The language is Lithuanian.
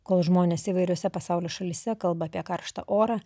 kol žmonės įvairiose pasaulio šalyse kalba apie karštą orą